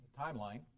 timeline